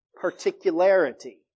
particularity